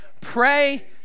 Pray